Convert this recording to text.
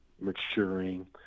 maturing